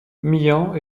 myans